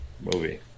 movie